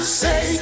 say